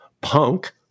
punk